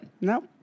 No